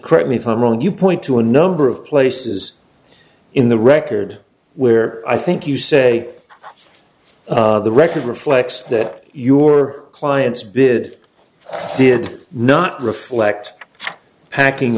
correct me if i'm wrong you point to a number of places in the record where i think you say the record reflects that your clients bid did not reflect packing